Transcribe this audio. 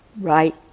right